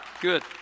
good